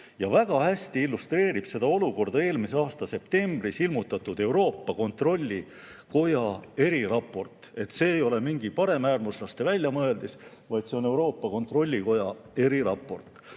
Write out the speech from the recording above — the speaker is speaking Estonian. Väga hästi illustreerib seda olukorda eelmise aasta septembris ilmutatud Euroopa Kontrollikoja eriraport. See ei ole mingi paremäärmuslaste väljamõeldis, vaid see on Euroopa Kontrollikoja eriraport.